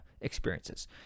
experiences